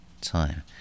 time